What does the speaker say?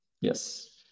yes